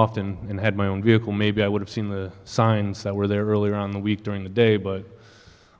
often and had my own vehicle maybe i would have seen the signs that were there earlier on the week during the day but